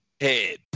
head